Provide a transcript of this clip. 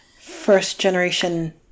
first-generation